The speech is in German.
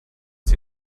sie